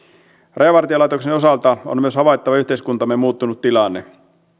rajavartiolaitoksen osalta on myös havaittava yhteiskuntamme muuttunut tilanne